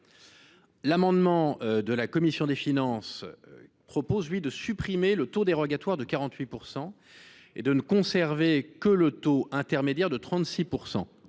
L’amendement de la commission des finances tend à supprimer le taux dérogatoire de 48 % pour ne conserver que le taux intermédiaire de 36 %.